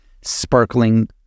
sparkling